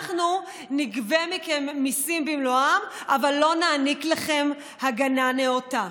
אנחנו נגבה מכם מיסים במלואם אבל לא נעניק לכם הגנה נאותה.